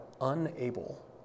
unable